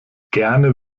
gerne